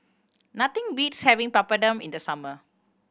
nothing beats having Papadum in the summer